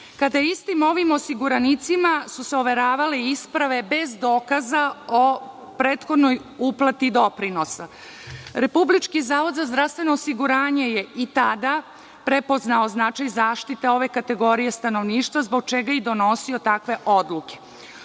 kada je istim ovim osiguranicima su se overavale isprave bez dokaza o prethodnoj uplati doprinosa. Republički zavod za zdravstveno osiguranje je i tada prepoznao značaj zaštite ove kategorije stanovništva zbog čega je i donosio takve odluke. Ovaj